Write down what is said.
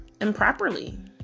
improperly